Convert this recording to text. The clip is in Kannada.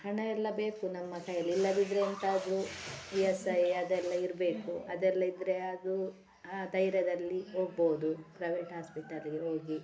ಹಣ ಎಲ್ಲ ಬೇಕು ನಮ್ಮ ಕೈಯಲ್ಲಿ ಇಲ್ಲದಿದ್ದರೆ ಎಂತಾದರು ಇ ಎಸ್ ಐ ಅದೆಲ್ಲ ಇರಬೇಕು ಅದೆಲ್ಲ ಇದ್ದರೆ ಹಾಗು ಆ ಧೈರ್ಯದಲ್ಲಿ ಹೋಗ್ಬೋದು ಪ್ರೈವೇಟ್ ಹಾಸ್ಪೆಟಲ್ಲಿಗೆ ಹೋಗಿ